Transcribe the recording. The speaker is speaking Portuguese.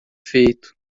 feito